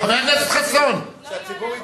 שהציבור ידע,